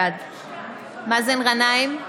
בעד מאזן גנאים,